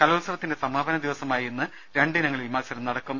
കലോത്സവത്തിന്റെ സമാപന ദിനമായ ഇന്ന് രണ്ട് ഇനങ്ങളിൽ മത്സരം നടക്കും